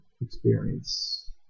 experience